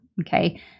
Okay